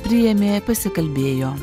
priėmė pasikalbėjo